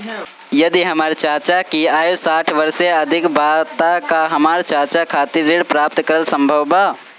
यदि हमर चाचा की आयु साठ वर्ष से अधिक बा त का हमर चाचा खातिर ऋण प्राप्त करल संभव बा